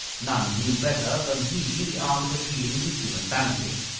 none knew better than he the art of appealing to human vanity.